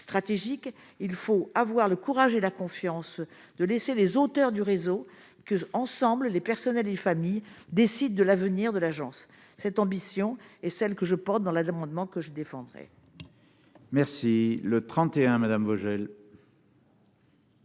stratégique, il faut avoir le courage et la confiance de laisser les auteurs du réseau que ensemble les personnels et familles décident de l'avenir de l'agence cette ambition est celle que je porte dans l'amendement que je défendrai. Merci le 31 madame Vogel.